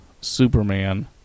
Superman